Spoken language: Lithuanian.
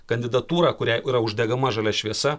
kandidatūrą kuriai yra uždegama žalia šviesa